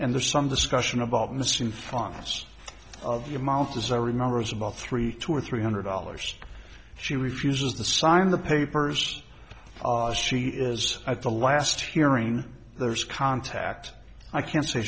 and there's some discussion about missing files of the amount as i remember is about three two or three hundred dollars she refuses to sign the papers she is at the last hearing there's contact i can say